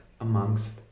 amongst